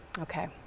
Okay